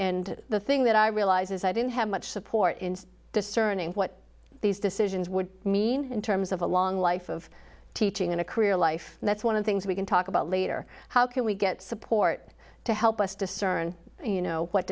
and the thing that i realize is i didn't have much support in discerning what these decisions would mean in terms of a long life of teaching and a career life and that's one of things we can talk about later how can we get support to help us discern you know what